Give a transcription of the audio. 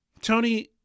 Tony